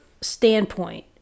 standpoint